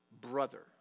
brother